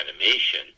animation